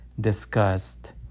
discussed